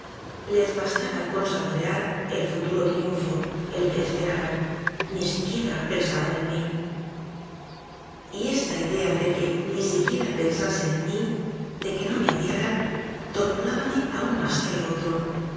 les bastaba con saborear el futuro triunfo el que espe jab a n ni siquiera pensaban en mí y esta idea de que ni siquiera pensasen en mi de que no me odiaran torturábame aun más que lo otro